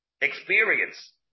experience